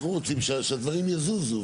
אנחנו רוצים שהדברים יזוזו.